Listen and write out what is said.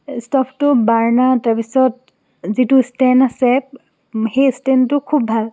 ষ্টোভটোৰ burner তাৰ পিছত যিটো ষ্টেণ্ড আছে সেই ষ্টেণ্ডটো খুব ভাল